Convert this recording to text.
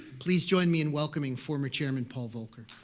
please join me in welcoming former chairman paul volcker.